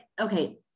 okay